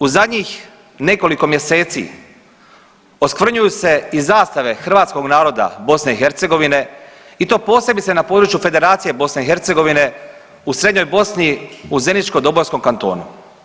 U zadnjih nekoliko mjeseci oskvrnjuju se i zastave hrvatskog naroda BiH i to posebice na području Federacije BiH u srednjoj Bosni, u Zeničko-dobojskom kantonu.